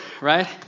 right